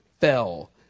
fell